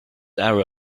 hour